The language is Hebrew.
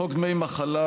חוק דמי מחלה,